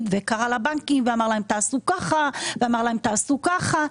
וקרא לבנקים ואמר להם תעשו ככה ואמר להם תעשו ככה.